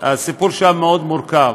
הסיפור שם הוא מאוד מורכב.